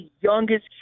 youngest